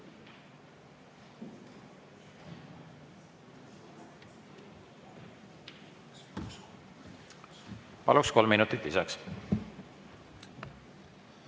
Palun, kolm minutit lisaks!